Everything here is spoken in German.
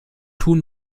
tun